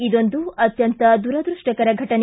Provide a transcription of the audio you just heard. ಇದೊಂದು ಅತ್ಯಂತ ದರದೃಷ್ಷಕರ ಫಟನೆ